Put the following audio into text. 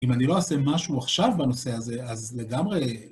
אם אני לא אעשה משהו עכשיו בנושא הזה, אז לגמרי...